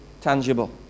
tangible